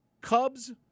Cubs